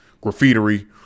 graffiti